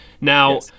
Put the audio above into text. now